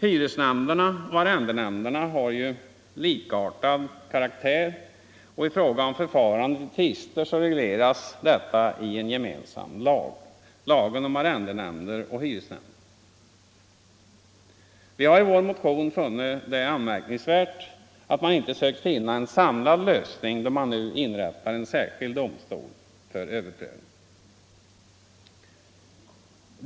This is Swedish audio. Hyresnämnderna och arrendenämnderna har likartad karaktär, och förfarandet vid tvister regleras i en gemensam lag, lagen om arrendenämnder och hyresnämnder. Vi har i vår motion ansett det anmärkningsvärt att man inte sökt finna en samlad lösning då man nu inrättar en särskild domstol för överprövning.